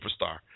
superstar